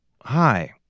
hi